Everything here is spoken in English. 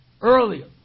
earlier